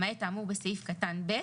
למעט האמור בסעיף קטן (ב),